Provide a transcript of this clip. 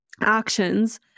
actions